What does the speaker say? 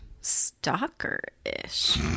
stalker-ish